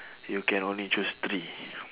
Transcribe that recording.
you can only choose three